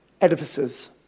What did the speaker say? edifices